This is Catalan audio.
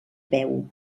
peu